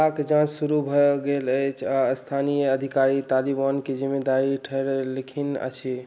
हमलाके जाँच शुरू भऽ गेल अछि आओर स्थानीय अधिकारी तालिबानके जिम्मेदार ठहरेलखिन अछि